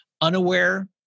unaware